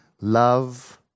Love